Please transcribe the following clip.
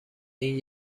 این